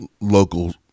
local